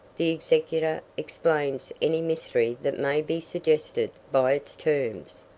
the executor, explains any mystery that may be suggested by its terms.